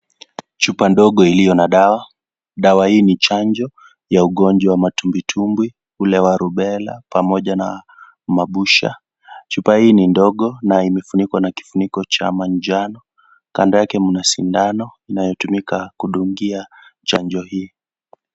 Chupa ndogo ilyo na dawa, dawa hii ni chajo ya ugonjwa wa matumbwitumbwi hule wa rubela pamoja na mabusha. Chupa hii ni ndogo na imefunikwa na kifuniko cha majano na kando yake ni sindano inayotumika kudungia chajo hii.